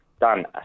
done